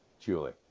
Julie